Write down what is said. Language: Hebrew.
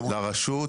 לראשות.